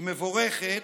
היא מבורכת,